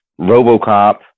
Robocop